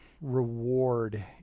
reward